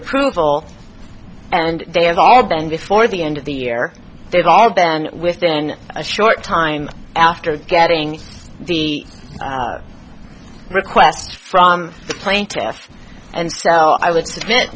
approval and they have all been before the end of the year they've all been within a short time after getting the request from the plaintiffs and so i would